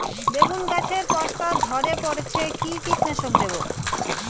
বেগুন গাছের পস্তা ঝরে পড়ছে কি কীটনাশক দেব?